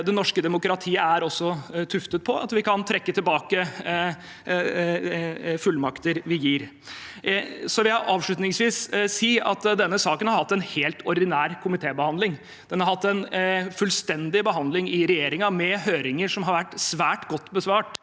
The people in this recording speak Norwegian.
Det norske demokratiet er tuftet på at vi kan trekke tilbake fullmakter vi gir. Avslutningsvis vil jeg si at denne saken har hatt en helt ordinær komitébehandling. Den har hatt en fullstendig behandling i regjeringen med høringer som har vært svært godt besvart.